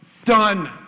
Done